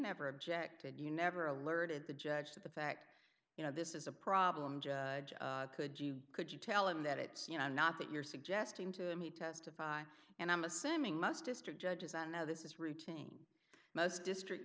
never objected you never alerted the judge to the fact you know this is a problem judge could you could you tell him that it's you know not that you're suggesting to him he testify and i'm assuming must district judges and this is routine most district